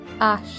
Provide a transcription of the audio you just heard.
ash